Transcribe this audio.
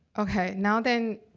okay, now then